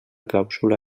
clàusula